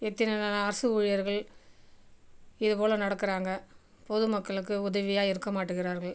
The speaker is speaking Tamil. எத்தனயான அரசு ஊழியர்கள் இது போல் நடக்கிறாங்க பொது மக்களுக்கு உதவியாக இருக்கற மாட்டங்கிறார்கள்